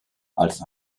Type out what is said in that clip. als